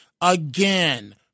Again